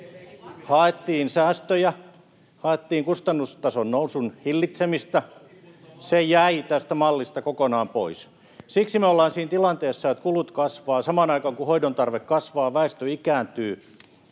haettiin säästöjä ja haettiin kustannustason nousun hillitsemistä, ja se jäi tästä mallista kokonaan pois. Siksi me ollaan siinä tilanteessa, että kulut kasvavat samaan aikaan kun hoidon tarve kasvaa ja väestö ikääntyy.